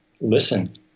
listen